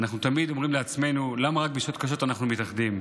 אנחנו תמיד אומרים לעצמנו: למה רק בשעות קשה אנחנו מתאחדים?